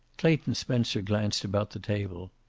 clayton spencer glanced about the table.